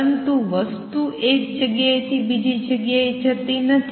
પરંતુ વસ્તુ એક જગ્યાએથી બીજી જગ્યાએ જતી નથી